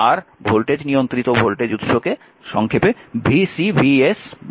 আর voltage নিয়ন্ত্রিত voltage উৎসকে সংক্ষেপে VCVS বলা হয়